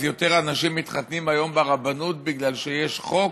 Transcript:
אז יותר אנשים מתחתנים היום ברבנות בגלל שיש חוק?